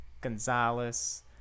Gonzalez